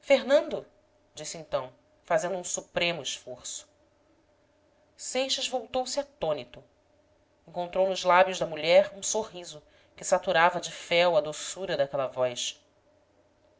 fernando disse então fazendo um supremo esforço seixas voltou-se atônito encontrou nos lábios da mulher um sorriso que saturava de fel a doçura daquela voz